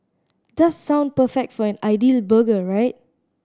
does sound perfect for an ideal burger right